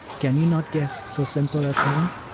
can you not guess so simple a thing?